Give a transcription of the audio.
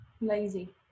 Lazy